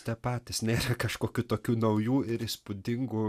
tie patys ne kažkokių tokių naujų ir įspūdingu